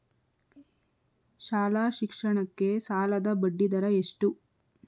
ಶಾಲಾ ಶಿಕ್ಷಣಕ್ಕೆ ಸಾಲದ ಬಡ್ಡಿದರ ಎಷ್ಟು?